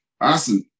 Awesome